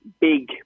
big